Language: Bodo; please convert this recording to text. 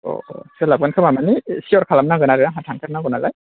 अ अ सोलाबगोन खोमा माने सिउर खालामनांगोन आरो आंहा थांथारनो नांगौ नालाय